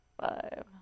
five